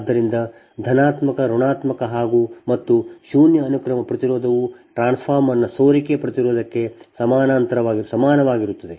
ಆದ್ದರಿಂದ ಧನಾತ್ಮಕ ಋಣಾತ್ಮಕಮತ್ತು ಶೂನ್ಯ ಅನುಕ್ರಮ ಪ್ರತಿರೋಧವು ಟ್ರಾನ್ಸ್ಫಾರ್ಮರ್ನ ಸೋರಿಕೆ ಪ್ರತಿರೋಧಕ್ಕೆ ಸಮಾನವಾಗಿರುತ್ತದೆ